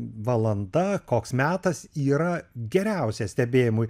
valanda koks metas yra geriausias stebėjimui